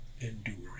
enduring